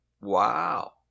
Wow